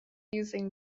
using